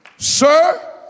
Sir